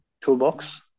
toolbox